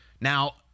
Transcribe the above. now